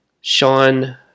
Sean